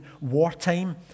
wartime